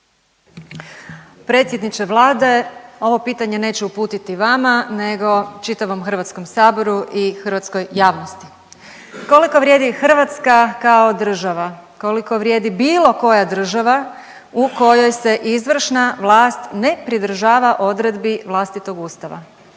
Predsjedniče Vlade, ovo pitanje neću uputiti vama nego čitavom HS-u i hrvatskoj javnosti. Koliko vrijedi Hrvatska kao država? Koliko vrijedi bilo koja država u kojoj se izvršna vlast ne pridržava odredbi vlastitog Ustava?